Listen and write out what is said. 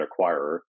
acquirer